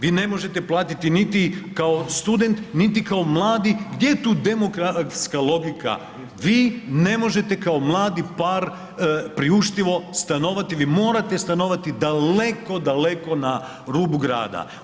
Vi ne možete platiti niti kao studen, niti kao mladi gdje je tu demokratska logika, vi ne možete kao mladi par priuštivo stanovati, vi morate stanovati daleko, daleko na rubu grada.